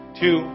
two